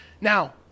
Now